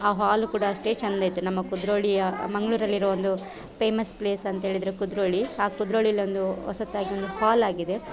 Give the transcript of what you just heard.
ಆ ಹಾಲ್ ಕೂಡ ಅಷ್ಟೇ ಚಂದ ಇತ್ತು ನಮ್ಮ ಕುದ್ರೋಳಿಯ ಮಂಗಳೂರಲ್ಲಿ ಇರೋ ಒಂದು ಪೇಮಸ್ ಪ್ಲೇಸ್ ಅಂತ್ಹೇಳಿದ್ರೆ ಕುದ್ರೋಳಿ ಆ ಕುದ್ರೋಳಿಲಿ ಒಂದು ಹೊಸತಾಗಿ ಒಂದು ಹಾಲ್ ಆಗಿದೆ